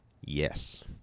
Yes